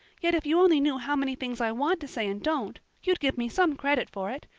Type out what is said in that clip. yet if you only knew how many things i want to say and don't, you'd give me some credit for it.